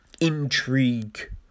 intrigue